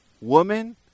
Woman